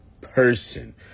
person